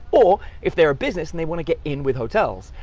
or if they're a business and they want to get in with hotels.